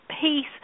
peace